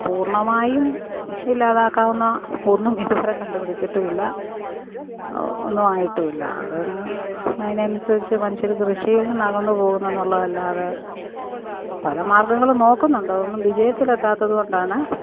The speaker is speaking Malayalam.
പൂർണമായും ഇല്ലാതാക്കാവുന്ന ഒന്നും ഇതുവരെ കണ്ടുപിടിച്ചിട്ടുമില്ല ഒന്നും ആയിട്ടുമില്ല അതങ്ങ് അതിനനുസരിച്ച് മനുഷ്യര് കൃഷിയിൽ നിന്ന് അകന്ന് അല്ലാതെ പലമാർഗംങ്ങളും നോക്കുന്നുണ്ട് അതൊന്നും വിജയത്തിൽ എത്താത്തതുകൊണ്ടാണ്